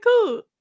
cool